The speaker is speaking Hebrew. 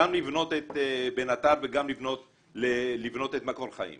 גם לבנות את "בן עטר" וגם לבנות את "מקור חיים",